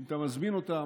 אם אתה מזמין אותם,